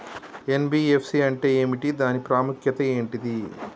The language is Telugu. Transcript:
ఎన్.బి.ఎఫ్.సి అంటే ఏమిటి దాని ప్రాముఖ్యత ఏంటిది?